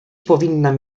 powinnam